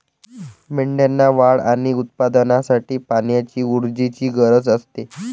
मेंढ्यांना वाढ आणि उत्पादनासाठी पाण्याची ऊर्जेची गरज असते